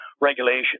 regulation